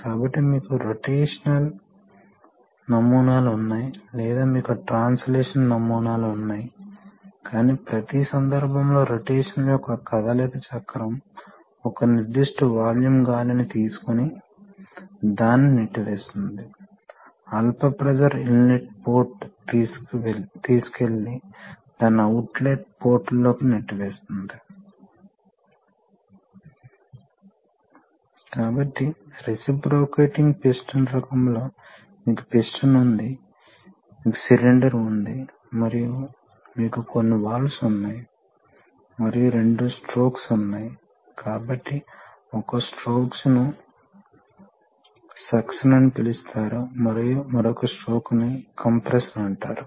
Refer Slide Time 2507 మరోవైపు మీకు stroke control ఉన్నప్పుడు మేము స్ట్రోక్ కంట్రోల్ ను గీయలేదు నన్ను ముందుకు వెళ్ళనివ్వండిక్షమించండి ఇది ఫోర్స్ కంట్రోల్డ్ ప్రపోర్షనల్ వాల్వ్ యొక్క విలక్షణ నిర్మాణం కాబట్టి ఏమి జరుగుతుందంటే ఇక్కడ విద్యుత్ కనెక్షన్ ఇస్తున్నారు అంటే సర్వో యాంప్లిఫైయర్ కరెంట్ ఇక్కడ నడపబడుతుంది ఇది టార్క్ దీనిని టార్క్ మోటారు అని పిలుస్తారు కాబట్టి ఏమి జరుగుతుందంటే ఇది కనెక్టర్